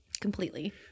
Completely